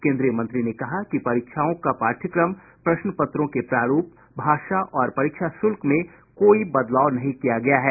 केन्द्रीय मंत्री ने कहा कि परीक्षाओं का पाठ्यक्रम प्रश्न पत्रों के प्रारूप भाषा और परीक्षा शुल्क में कोई बदलाव नहीं किया गया है